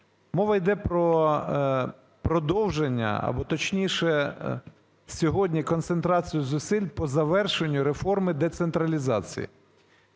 Мова йде про продовження або, точніше, сьогодні концентрацію зусиль по завершенню реформи децентралізації.